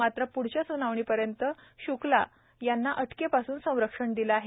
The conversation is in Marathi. मात्र प्ढच्या स्नावणीपर्यंत श्क्ला यांना अटकेपासून संरक्षण दिलं आहे